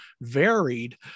varied